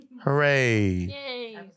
Hooray